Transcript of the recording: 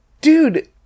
dude